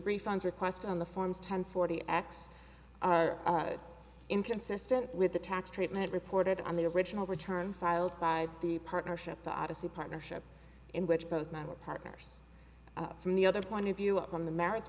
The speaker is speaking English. refunds request on the forms ten forty x are inconsistent with the tax treatment reported on the original return filed by the partnership the odyssey partnership in which both men were partners from the other point of view on the merits